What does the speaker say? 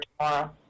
tomorrow